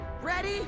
Ready